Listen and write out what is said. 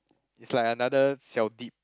it's like another xiao deep